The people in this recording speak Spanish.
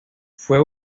fue